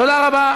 תודה רבה.